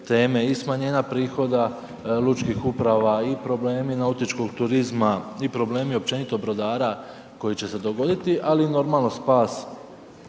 smanjenja prihoda lučkih uprava i problemi nautičkog turizma i problemi općenito brodara koji će se dogoditi, ali normalno, spas